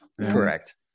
correct